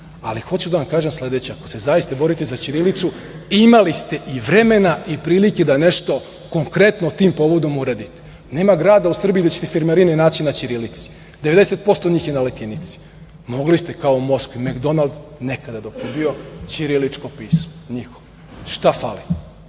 Ali, hoću da vam kažem sledeće. Ako se zaista borite za ćirilicu, imali ste i vremena i prilike da nešto konkretno tim povodom uradite. Nema grada u Srbiji gde ćete firmarine naći na ćirilici, 90% njih je na latinici. Mogli ste, kao u Moskvi, "Mek Donald", nekada dok je bio, ćirilično pismo. Šta fali?